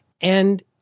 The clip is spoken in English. And-